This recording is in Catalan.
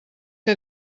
que